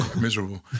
miserable